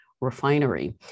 refinery